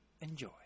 enjoy